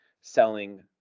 selling